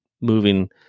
moving